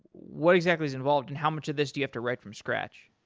what exactly is involved and how much of this do you have to write from scratch?